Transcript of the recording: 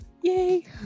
Yay